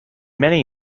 many